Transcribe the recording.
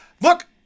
Look